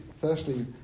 firstly